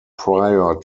prior